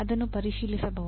ಅದನ್ನು ಪರಿಶೀಲಿಸಬಹುದು